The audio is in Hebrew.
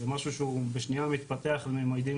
זה משהו שהוא בשנייה מתפתח למימדים